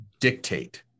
dictate